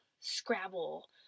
Scrabble